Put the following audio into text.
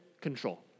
control